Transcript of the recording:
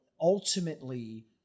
ultimately